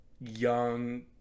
young